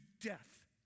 death